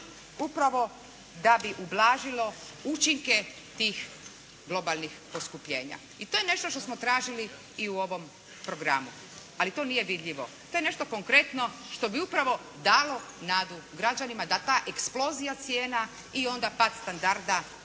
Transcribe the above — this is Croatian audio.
upravo da bi ublažilo učinke tih globalnih poskupljenja. I to je nešto što smo tražili i u ovom programu. Ali to nije vidljivo. To je nešto konkretno što bi upravo dalo nadu građanima da ta eksplozija cijena i onda pad standarda